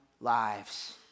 lives